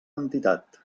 entitat